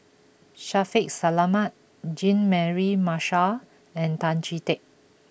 Shaffiq Selamat Jean Mary Marshall and Tan Chee Teck